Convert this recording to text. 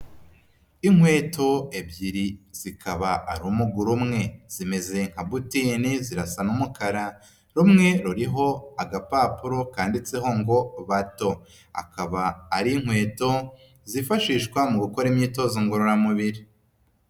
Inkweto ebyiri zikaba ari umuguru umwe. Zimeze nka butini, zirasa n'umukara, rumwe ruriho agapapuro kanditseho ngo bato. Akaba ari inkweto zifashishwa mu gukora imyitozo ngororamubiri.